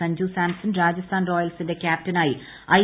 സഞ്ജു സാംസൺ രാജസ്ഥാൻ റോയൽസിന്റെ ക്യാപ്റ്റനായി ഐ